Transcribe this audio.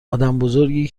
آدمبزرگی